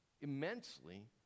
immensely